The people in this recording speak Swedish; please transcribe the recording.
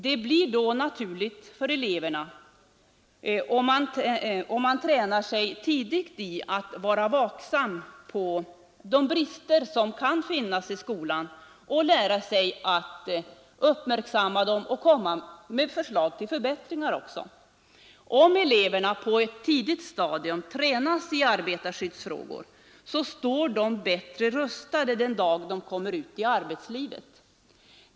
Då blir arbetarskyddet en naturlig sak för eleverna, och de tränar sig tidigt i att vara vaksamma på de brister som kan finnas i skolan. De lär sig då också att komma med förslag till förbättringar. Om eleverna på ett tidigt stadium tränas i arbetarskyddsfrågor står de bättre rustade den dag de kommer ut i arbetslivet.